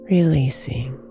Releasing